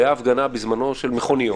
הייתה הפגנה בזמנו של מכוניות.